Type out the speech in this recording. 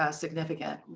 ah significant.